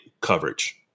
coverage